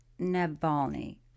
Navalny